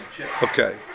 Okay